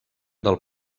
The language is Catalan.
del